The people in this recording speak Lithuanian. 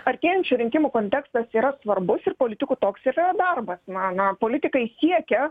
artėjančių rinkimų kontekstas yra svarbus ir politikų toks yra darbas na na politikai siekia